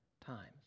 times